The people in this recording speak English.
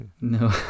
No